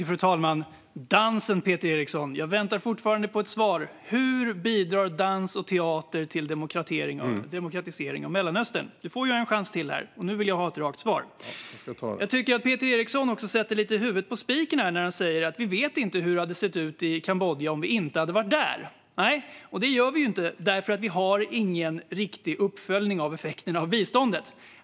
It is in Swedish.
Fru talman! Peter Eriksson! Jag väntar fortfarande på ett svar: Hur bidrar dans och teater till demokratisering i Mellanöstern? Du får en chans till här, och nu vill jag ha ett rakt svar. Jag tycker att Peter Eriksson sätter lite huvudet på spiken när han säger att vi inte vet hur det hade sett ut i Kambodja om vi inte hade varit där. Nej, och det gör vi inte därför att vi inte har någon riktig uppföljning av effekterna av biståndet.